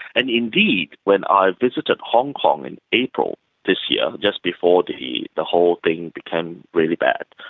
and indeed, when i visited hong kong in april this year just before the the whole thing became really bad,